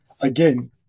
Again